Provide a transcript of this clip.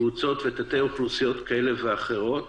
קבוצות ותתי-אוכלוסיות כאלה ואחרות,